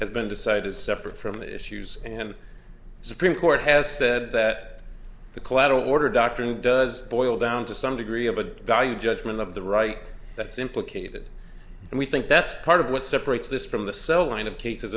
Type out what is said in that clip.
has been decided is separate from the issues and the supreme court has said that the collateral order doctrine does boil down to some degree of a value judgment of the right that's implicated and we think that's part of what separates this from the selling of cases